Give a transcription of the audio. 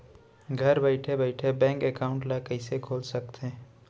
घर बइठे बइठे बैंक एकाउंट ल कइसे खोल सकथे?